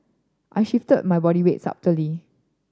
I shift my body weight subtly